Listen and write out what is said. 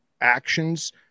actions